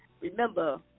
Remember